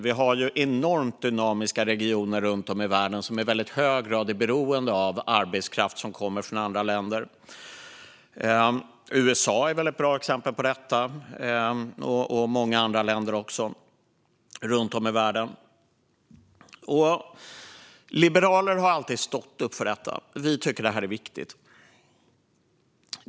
Vi har enormt dynamiska regioner runt om i världen som i väldigt hög grad är beroende av arbetskraft som kommer från andra länder. USA är ett bra exempel på detta, och andra länder också runt om i världen. Liberalerna har alltid stått upp för detta. Vi tycker att det är viktigt.